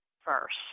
first